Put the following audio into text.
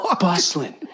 Bustling